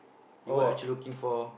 you what actually looking for